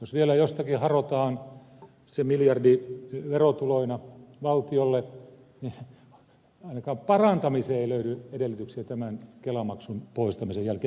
jos vielä jostakin harotaan se miljardi verotuloina valtiolle niin ainakaan parantamiseen ei löydy edellytyksiä tämän kelamaksun poistamisen jälkeen